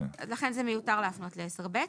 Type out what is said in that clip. לכן זה מיותר להפנות ל-10(ב),